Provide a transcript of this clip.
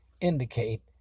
indicate